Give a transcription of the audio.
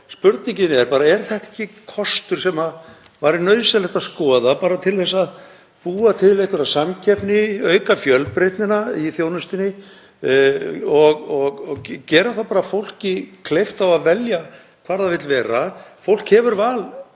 spurningin er: Er þetta ekki kostur sem væri nauðsynlegt að skoða bara til að búa til einhverja samkeppni, auka fjölbreytni í þjónustunni og gera fólki kleift að velja hvar það vill vera? Fólk hefur val